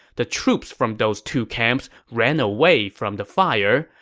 the troops from those two camps ran away from the fire,